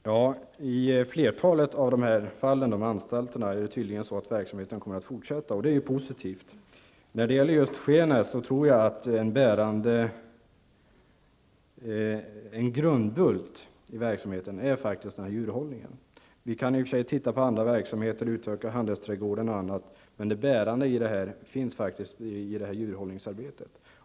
Fru talman! Vid flertalet av dessa anstalter kommer verksamheten tydligen att fortsätta, och det är ju positivt. I Skenäs tror jag att en grundbult i verksamheten är just djurhållningen. Man kan visserligen utöka handelsträdgården och även annan verksamhet, men den bärande idén här är faktiskt djurhållningsarbetet.